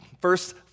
first